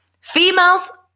females